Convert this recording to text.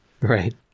Right